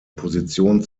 position